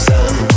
Sun